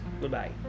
goodbye